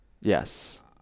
Yes